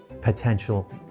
potential